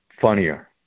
funnier